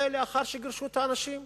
זה לאחר שגירשו את האנשים.